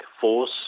force